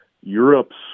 Europe's